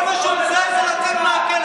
כל מה שהוא רוצה זה לצאת מהכלא,